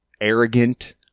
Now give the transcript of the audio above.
arrogant